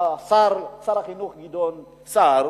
שר החינוך גדעון סער,